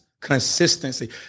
consistency